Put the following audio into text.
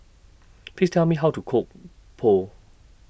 Please Tell Me How to Cook Pho